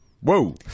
Whoa